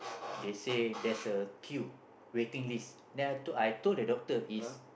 they say there's a queue waiting list then I I told the doctor is